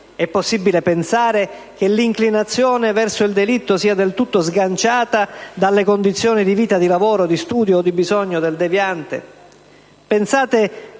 È possibile pensare che l'inclinazione verso il delitto sia del tutto sganciata dalle condizioni di vita, di lavoro, di studio o di bisogno del deviante?